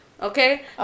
Okay